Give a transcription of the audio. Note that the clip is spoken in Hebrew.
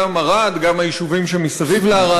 גם ערד וגם היישובים שמסביב לערד.